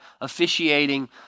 officiating